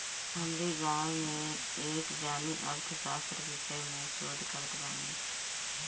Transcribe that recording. हमरी गांवे में एक जानी अर्थशास्त्र विषय में शोध करत बाने